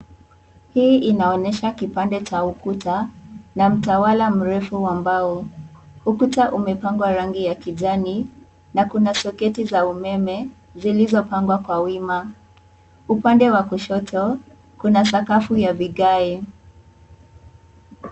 Hii inaonyesha kipande cha ukuta na mtawala mrefu wa mbao, ukuta umepakwa rangi ya kijani na kuna soketi ya umeme zilizopangwa kwa wima upande wa kushoto kuna sakafu ya vigae.